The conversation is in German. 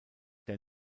der